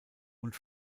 und